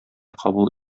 кабул